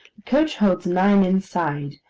coach holds nine inside,